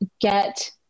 get